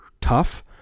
tough